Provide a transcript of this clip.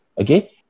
okay